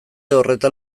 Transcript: horretan